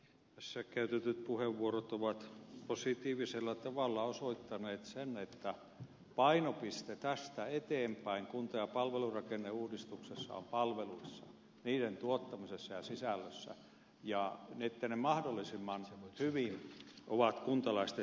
tässä käytetyt puheenvuorot ovat positiivisella tavalla osoittaneet sen että painopiste tästä eteenpäin kunta ja palvelurakenneuudistuksessa on palveluissa niiden tuottamisessa ja sisällössä niin että ne mahdollisimman hyvin ovat kuntalaisten saavutettavissa